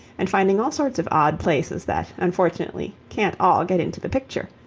and finding all sorts of odd places that unfortunately can't all get into the picture,